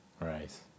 right